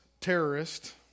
terrorist